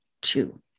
two